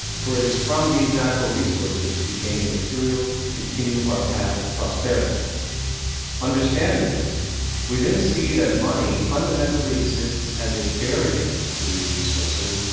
for, it is from these natural resources, we gain the materials to continue our path of prosperity understanding this we then see, that money fundamentally exists as a barrier to these resources,